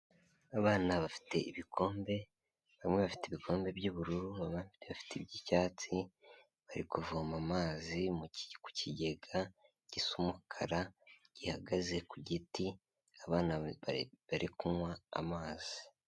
Abana bafite ibikombe, bamwe bafite ibikombe by'ubururu, abandi bafite iby'icyatsi, bari kuvoma amazi, ku kigega gisa umukara, gihagaze ku giti, abana bari kunywa amazi.